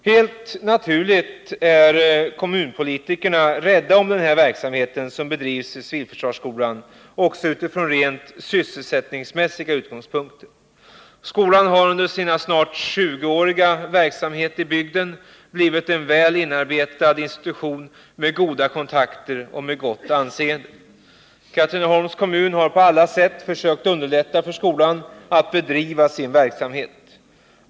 Helt naturligt är kommunpolitikerna rädda om den verksamhet som bedrivs vid civilförsvarsskolan, också utifrån rent sysselsättningsmässiga utgångspunkter. Skolan har under sin snart tjugoåriga verksamhet i bygden blivit en väl inarbetad institution med goda kontakter och med gott anseende. Katrineholms kommun har på alla sätt försökt underlätta för skolan att bedriva sin verksamhet.